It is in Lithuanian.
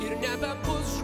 ir nebebus